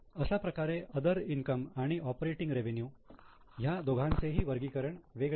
अशा प्रकारे other income आणि ऑपरेटिंग रेवेन्यू ह्या दोघांचेही वर्गीकरण वेगळे आहे